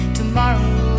tomorrow